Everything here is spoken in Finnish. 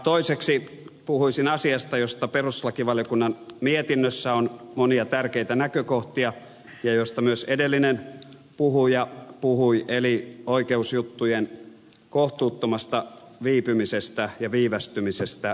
toiseksi puhuisin asiasta josta perustuslakivaliokunnan mietinnössä on monia tärkeitä näkökohtia ja josta myös edellinen puhuja puhui eli oikeusjuttujen kohtuuttomasta viipymisestä ja viivästymisestä suomessa